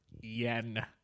Yen